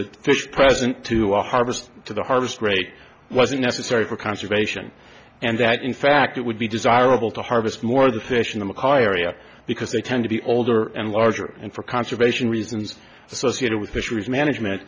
the fish present to a harvest to the harvest rate wasn't necessary for conservation and that in fact it would be desirable to harvest more the fish in a higher because they tend to be older and larger and for conservation reasons associated with fisheries management